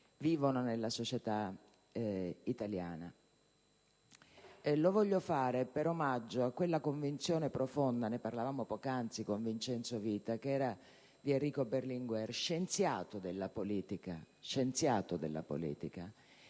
vivono nella società italiana. Lo voglio fare in omaggio a quella convinzione profonda - ne parlavamo poc'anzi con Vincenzo Vita - propria di Enrico Berlinguer, scienziato della politica, pienamente